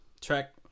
Track